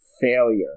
failure